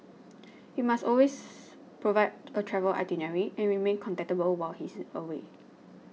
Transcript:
he must always provide a travel itinerary and remain contactable while he is away